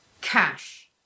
Cash